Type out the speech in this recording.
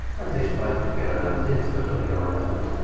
and this byte together. this is totally irrelevant.